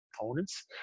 opponents